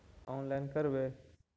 Online करवे?